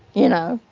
you know,